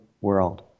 world